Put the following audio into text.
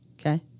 Okay